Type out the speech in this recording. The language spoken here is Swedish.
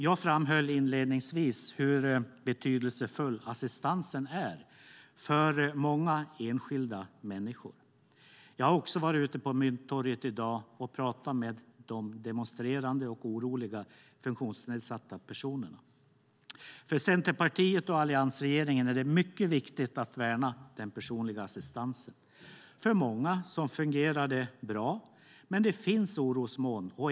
Jag framhöll inledningsvis hur betydelsefull assistansen är för många enskilda människor. Jag har också varit ute på Mynttorget i dag och pratat med de demonstrerande och oroliga funktionsnedsatta personerna. För Centerpartiet och alliansregeringen är det mycket viktigt att värna den personliga assistansen. För många fungerar det bra, men det finns orosmoln.